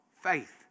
faith